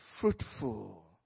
fruitful